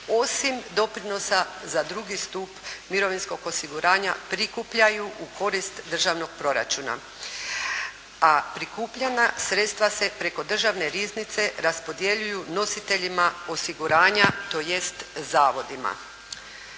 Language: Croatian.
osim doprinosi za II. stup mirovinskog osiguranja prikupljaju u korist državnog proračuna. A prikupljena sredstava se preko državne riznice raspodjeljuju nositeljima osiguranja, tj. zavodima.